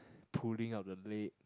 pulling of the blade